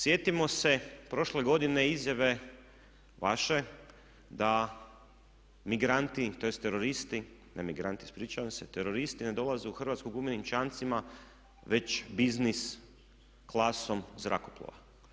Sjetimo se prošle godine izjave vaše da migranti tj. teroristi, ne migranti ispričavam se, teroristi ne dolaze u Hrvatsku gumenim čamcima već business klasom zrakoplova.